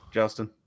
Justin